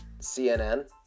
CNN